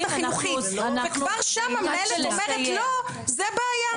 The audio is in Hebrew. החינוכית וכבר שם המנהלת אומרת "לא" זו בעיה.